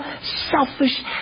selfish